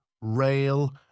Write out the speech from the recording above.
rail